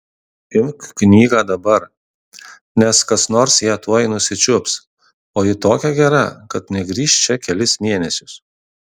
imk knygą dabar nes kas nors ją tuoj nusičiups o ji tokia gera kad negrįš čia kelis mėnesius